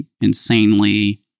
insanely